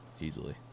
easily